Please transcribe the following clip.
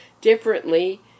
differently